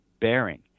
bearing